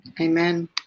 Amen